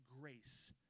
grace